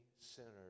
sinners